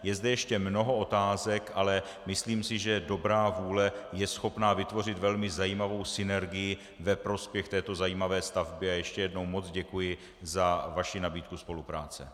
Je zde ještě mnoho otázek, ale myslím si, že dobrá vůle je schopna vytvořit velmi zajímavou synergii ve prospěch této zajímavé stavby, a ještě jednou děkuji za vaši nabídku spolupráce.